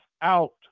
out